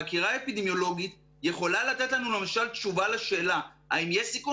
חקירה אפידמיולוגית יכולה לתת לנו למשל תשובה לשאלה האם יש סיכון